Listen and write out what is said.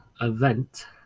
event